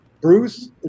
Bruce